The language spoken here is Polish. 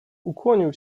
ukłonił